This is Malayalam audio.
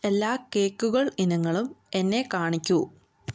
എല്ലാ കേക്കുകൾ ഇനങ്ങളും എന്നെ കാണിക്കൂ